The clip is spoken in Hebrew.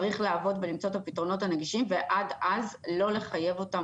צריך לעבוד ולמצוא את הפתרונות הנגישים,